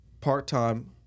part-time